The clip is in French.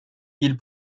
ils